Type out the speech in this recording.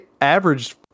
averaged